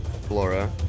Flora